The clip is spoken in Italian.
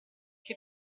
che